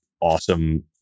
awesome